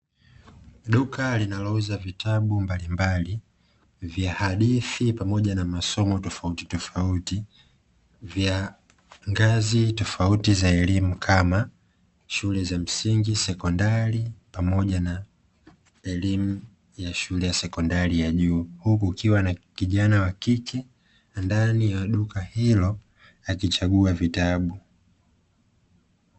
Duka linalouza vitabu mbalimbali vya hadithi pamoja na masomo tofauti tofauti vya ngazi tofauti za elimu kama shule za msingi, sekondari pamoja na elimu ya shule ya sekondari ya juu, huku kukiwa na kijana wa kike ndani ya duka hilo akichagua vitabu.